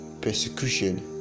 persecution